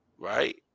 Right